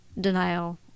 denial